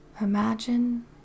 Imagine